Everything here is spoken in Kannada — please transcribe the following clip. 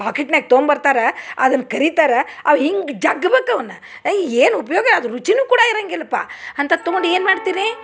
ಪಾಕಿಟ್ನ್ಯಾಗ ತೊಂಬರ್ತಾರ ಅದನ್ನ ಕರಿತಾರ ಅವ ಹಿಂಗೆ ಜಗ್ಬಕ ಅವ್ನ ಏನು ಉಪಯೋಗ ಅದು ರುಚಿನು ಕೂಡ ಇರಂಗಿಲ್ಪ ಅಂಥದ್ ತಗೊಂಡು ಏನು ಮಾಡ್ತಿರೀ